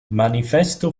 manifesto